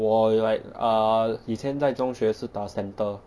我 like err 以前在中学是打 centre